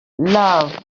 love